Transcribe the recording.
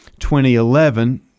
2011